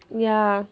ya